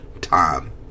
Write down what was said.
time